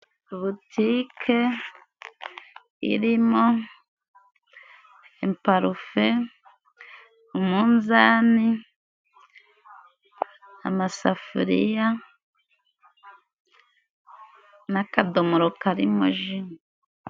Butike irimo parufe, umunzani, amasafuriya n'akadomoro karimo ji.